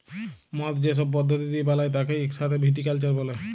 মদ যে সব পদ্ধতি দিয়ে বালায় তাকে ইক সাথে ভিটিকালচার ব্যলে